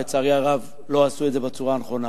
לצערי הרב, לא עשו את זה בצורה הנכונה.